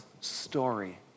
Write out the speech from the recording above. story